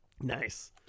nice